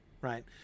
right